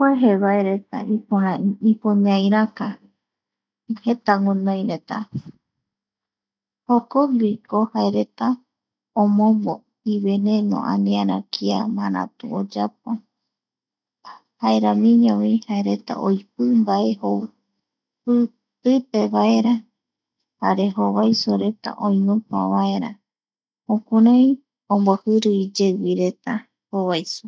Jevaereta ipöra ipöñairäka... Jeta guinoireta jokoguiko jaereta, omombo iveneno aniara kia maratu oyapo. Jaeramiñovi jaereta oipi mbae jou i ipevaera, jare jovaisoreta oinupa vaera jokurai ombojiri iyeuguireta jovaiso.